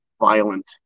violent